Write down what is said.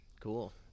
cool